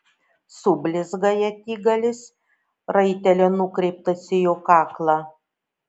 sublizga ietigalis raitelio nukreiptas į jo kaklą